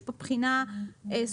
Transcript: יש כאן בחינה סובייקטיבית.